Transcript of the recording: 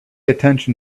attention